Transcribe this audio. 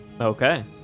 Okay